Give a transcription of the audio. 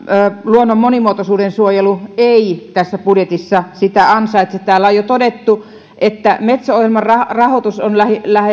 luonnon monimuotoisuuden suojelu eivät tässä budjetissa sitä ansaitse täällä on jo todettu että metso ohjelman rahoitus on